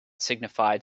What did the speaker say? signified